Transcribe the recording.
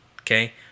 okay